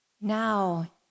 Now